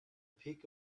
peak